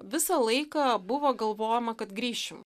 visą laiką buvo galvojama kad grįšim